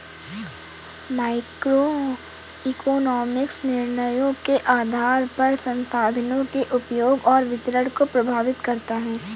microeconomics निर्णयों के आधार पर संसाधनों के उपयोग और वितरण को प्रभावित करता है